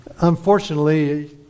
unfortunately